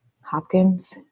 Hopkins